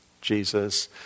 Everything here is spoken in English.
Jesus